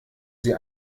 sie